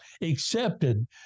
accepted